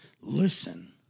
listen